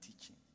teaching